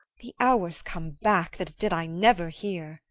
the hours come back! that did i never hear.